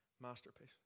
masterpiece